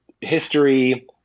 history